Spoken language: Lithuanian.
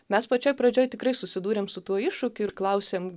mes pačioj pradžioj tikrai susidūrėm su tuo iššūkiu ir klausėm